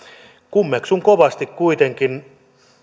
kummeksun kovasti kuitenkin